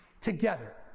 together